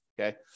okay